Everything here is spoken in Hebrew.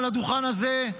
על הדוכן הזה,